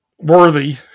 Worthy